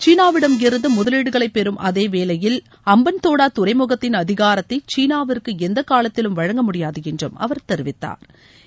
சீனாவிடமிருந்து முதலீடுகளை பெரும் அதே வேலையில் அம்பன்தோடா துறைமுகத்தின் அதிகாரத்தை சீனாவிற்கு எந்த காலத்திலும் வழங்க முடியாது என்று அவர் தெரிவித்தாா்